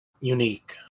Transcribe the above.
unique